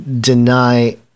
deny